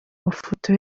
mafoto